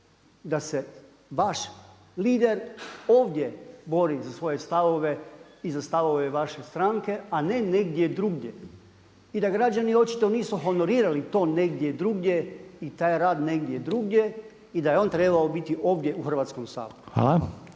da se vaš lider ovdje bori za svoje stavove i za stavove vaše stranke a ne negdje drugdje i da građani očito nisu honorirali to negdje drugdje i taj rad negdje drugdje i da je on trebao biti ovdje u Hrvatskom saboru.